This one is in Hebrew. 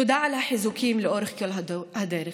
תודה על החיזוקים לאורך כל הדרך.